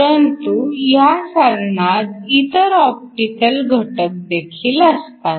परंतु ह्या साधनात इतर ऑप्टिकल घटक देखील असतात